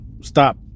stop